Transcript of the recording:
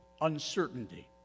uncertainty